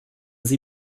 sie